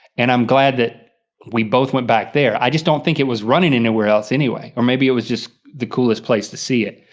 and i'm glad that we both went back there, i just don't think it was running anywhere else anyway, or maybe it was just the coolest place to see it.